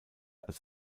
als